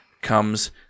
comes